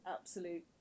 absolute